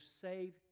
save